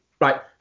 Right